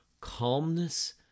Calmness